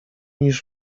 niż